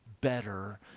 better